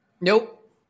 Nope